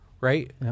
right